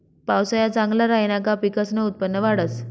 पावसाया चांगला राहिना का पिकसनं उत्पन्न वाढंस